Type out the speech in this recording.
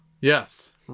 Yes